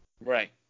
Right